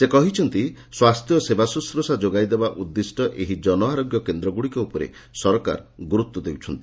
ସେ କହିଛନ୍ତି ସ୍ୱାସ୍ଥ୍ୟ ଓ ସେବାଶୁଶ୍ରୁଷା ଯୋଗାଇଦେବାକୁ ଉଦ୍ଦିଷ୍ ଏହି ଜନଆରୋଗ୍ୟ କେନ୍ଦ୍ରଗୁଡ଼ିକ ଉପରେ ସରକାର ଗୁରୁତ୍ୱ ଦେଉଛନ୍ତି